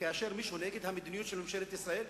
כאשר מישהו נגד המדיניות של ממשלת ישראל,